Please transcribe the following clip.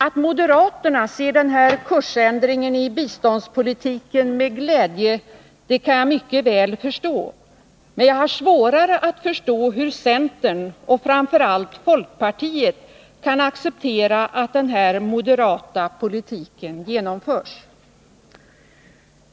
Att moderaterna ser denna kursändring i biståndspolitiken med glädje kan jag mycket väl förstå, men jag har svårare att förstå hur centern och framför allt folkpartiet kan acceptera att den här moderata politiken genomförs.